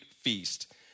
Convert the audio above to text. feast